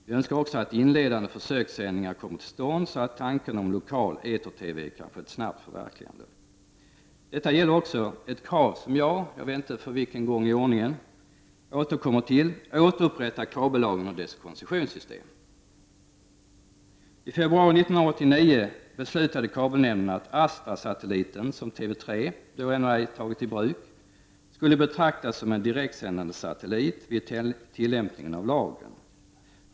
Vi önskar också att inledande försökssändningar kommer till stånd, så att tanken om lokal eter-TV kan få ett snabbt förverkligande. Detta gäller också ett krav som jag, för vilken gång i ordningen vet jag inte, återkommer till: Återupprätta kabellagen och dess koncessionssystem! I februari 1989 beslutade kabelnämnden att Astrasatelliten, som TV 3 då ännu ej tagit i bruk, skulle betraktas som en direktsändande satellit vid tilllämpningen av lagen.